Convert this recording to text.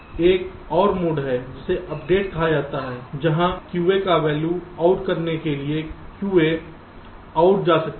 एक और मोड है जिसे अपडेट कहा जाता है जहां QA का वैल्यू out करने के लिए QA out जा सकता है